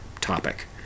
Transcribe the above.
topic